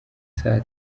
saa